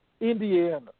Indiana